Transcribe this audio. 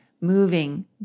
moving